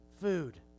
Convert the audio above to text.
food